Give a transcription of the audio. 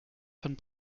von